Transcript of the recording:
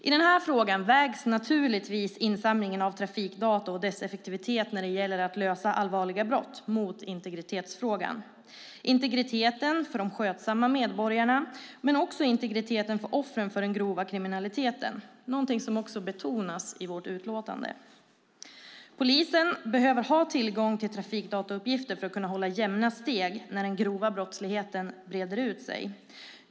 I den här frågan vägs naturligtvis insamlingen av trafikdata och dess effektivitet när det gäller att lösa allvarliga brott mot integritetsfrågan. Det gäller integriteten för de skötsamma medborgarna och för offren för den grova kriminaliteten, någonting som också betonas i vårt utlåtande. Polisen behöver ha tillgång till trafikdatauppgifter för att kunna hålla jämna steg när den grova brottsligheten breder ut sig.